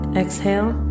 exhale